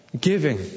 Giving